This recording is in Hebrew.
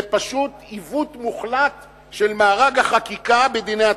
זה פשוט עיוות מוחלט של מארג החקיקה בדיני התקציב.